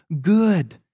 good